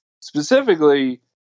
specifically